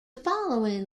following